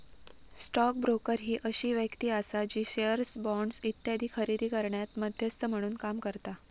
stock broker ही अशी व्यक्ती आसा जी शेअर्स, बॉण्ड्स इत्यादी खरेदी करण्यात मध्यस्थ म्हणून काम करता